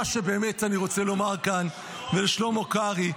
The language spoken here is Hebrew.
מה שבאמת אני רוצה לומר כאן ולשלמה קרעי,